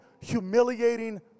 humiliating